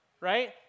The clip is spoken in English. Right